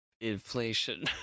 inflation